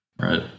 right